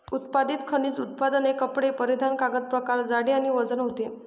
उत्पादित खनिज उत्पादने कपडे परिधान कागद प्रकार जाडी आणि वजन होते